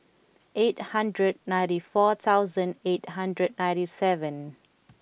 eight hundred ninety four thousand eight hundred ninety seven